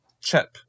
Chip